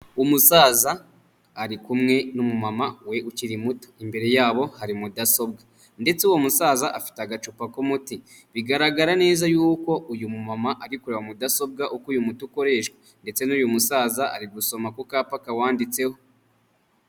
Umusaza ari kumwe n'umumama we ukiri muto imbere yabo hari mudasobwa ndetse uwo musaza afite agacupa k'umuti bigaragara neza y'uko uyu mumama ari kureba mudasobwa uko uyu muti ukoreshwa ndetse n'uyu musaza ari gusoma ku kapa kawanditseho.